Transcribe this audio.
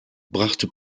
brachte